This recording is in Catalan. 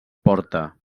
porta